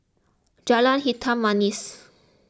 Jalan Hitam Manis